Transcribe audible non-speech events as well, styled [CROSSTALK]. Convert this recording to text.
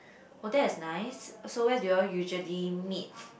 oh that is nice so where do you all usually meet [NOISE]